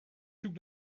zoek